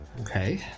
okay